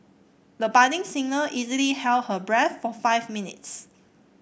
the budding singer easily held her breath for five minutes